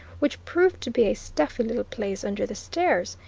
which proved to be a stuffy little place under the stairs,